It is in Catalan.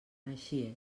així